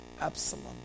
Absalom